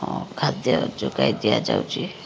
ଅଖାଦ୍ୟ ଯୋଗାଇ ଦିଆଯାଉଛି